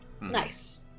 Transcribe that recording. Nice